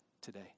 today